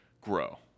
grow